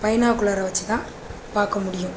பைனாகுலரை வச்சுதான் பார்க்க முடியும்